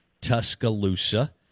Tuscaloosa